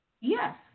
Yes